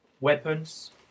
weapons